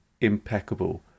impeccable